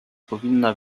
powinna